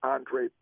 Andre